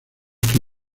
que